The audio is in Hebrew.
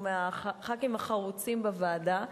הוא מחברי הכנסת החרוצים בוועדה,